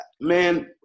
man